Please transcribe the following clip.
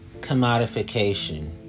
commodification